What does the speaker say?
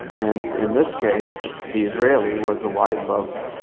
and in this case, the israeli was the wife of,